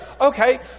Okay